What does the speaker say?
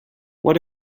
what